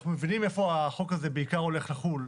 ואנחנו מבינים איפה החוק הזה בעיקר הולך לחול,